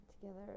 together